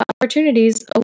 opportunities